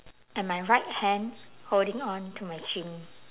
and my right hand holding on to my chin